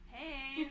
hey